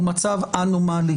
הוא מצב אנומלי.